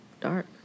dark